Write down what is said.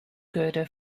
girder